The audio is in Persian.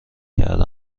کرده